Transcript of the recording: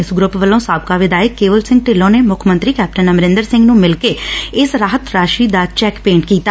ਇਸ ਗਰੁੱਪ ਵੱਲੋਂ ਸਾਬਕਾ ਵਿਧਾਇਕ ਕੇਵਲ ਸਿੰਘ ਢਿੱਲੋਂ ਨੇ ਮੁੱਖ ਮੰਤਰੀ ਕੈਪਟਨ ਅਮਰਿੰਦਰ ਸਿੰਘ ਨ੍ਰੰ ਮਿਲਕੇ ਇਸ ਰਾਹਤ ਰਾਸ਼ੀ ਦਾ ਚੈਕ ਭੇਂਟ ਕੀਤਾ